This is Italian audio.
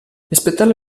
rispettare